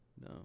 no